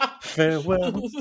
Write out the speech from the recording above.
Farewell